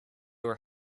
were